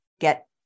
get